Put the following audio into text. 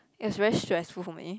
is very stressful for me